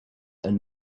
and